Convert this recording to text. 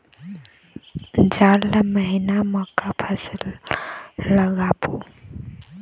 जाड़ ला महीना म का फसल लगाबो?